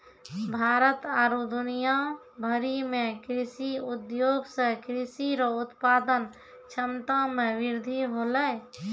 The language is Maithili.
भारत आरु दुनिया भरि मे कृषि उद्योग से कृषि रो उत्पादन क्षमता मे वृद्धि होलै